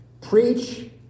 Preach